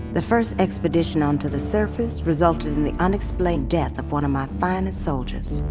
the first expedition onto the surface resulted in the unexplained death of one of my finest soldiers.